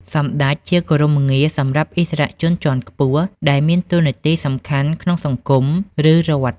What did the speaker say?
សម្ដេច ជាគោរមងារសម្រាប់ឥស្សរជនជាន់ខ្ពស់ដែលមានតួនាទីសំខាន់ក្នុងសង្គម ឬរដ្ឋ។